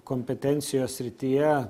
kompetencijos srityje